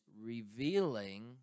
revealing